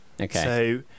Okay